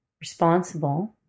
responsible